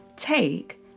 take